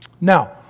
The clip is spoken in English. Now